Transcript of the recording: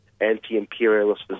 anti-imperialist